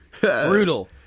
Brutal